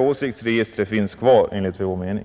Åsiktsregistret finns enligt vår mening